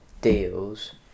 deals